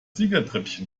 siegertreppchen